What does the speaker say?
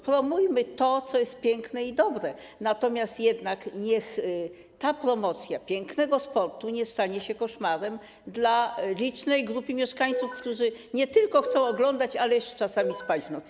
Promujmy to, co jest piękne i dobre, jednak niech ta promocja pięknego sportu nie stanie się koszmarem dla licznej grupy mieszkańców, którzy nie tylko chcą oglądać, ale jeszcze czasami spać w nocy.